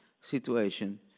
situation